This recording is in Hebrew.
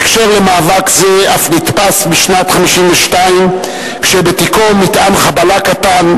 בהקשר של מאבק זה אף נתפס בשנת 1952 כשבתיקו מטען חבלה קטן,